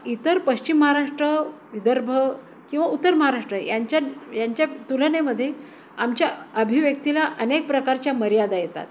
इतर पश्चिम महाराष्ट्र विदर्भ किंवा उत्तर महाराष्ट्र यांच्या यांच्या तुलनेमध्ये आमच्या अभिव्यक्तीला अनेक प्रकारच्या मर्यादा येतात